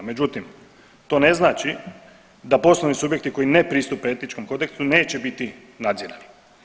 Međutim, to ne znači da poslovni subjekti koji ne pristupe etičkom kodeksu neće biti nadzirani.